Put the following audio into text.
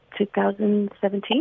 2017